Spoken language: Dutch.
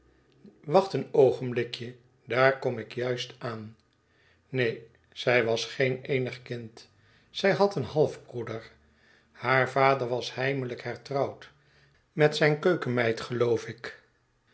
wacht een oogenblikje daar kom ik juist aan neen zij was geen eenig kind zij had een halfbroeder haar vader was heimelijk hertrouwd met zijne keukenmeid geloof ik